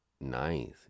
ninth